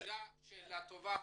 שאלה טובה.